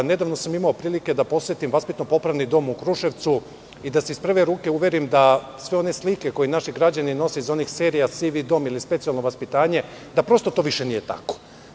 Nedavno sam imao prilike da posetim Vaspitno-popravni dom u Kruševcu i da se iz prve ruke uverim da sve one slike koje naši građani nose iz onih serija "Sivi dom" ili "Specijalno vaspitanje", da prosto to više nije tako.